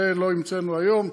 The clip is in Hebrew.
את זה לא המצאנו היום,